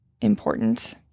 important